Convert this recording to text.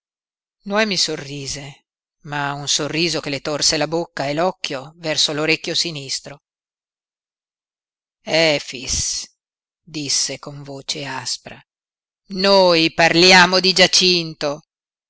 noemi sorrise ma un sorriso che le torse la bocca e l'occhio verso l'orecchio sinistro efix disse con voce aspra noi parliamo di giacinto